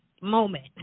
moment